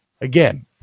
again